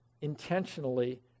intentionally